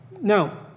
Now